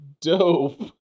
dope